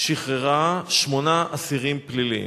שחררה שמונה אסירים פליליים.